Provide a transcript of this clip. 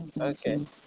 okay